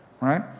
right